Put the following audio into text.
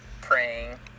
praying